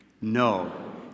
No